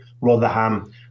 Rotherham